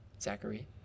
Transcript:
zachary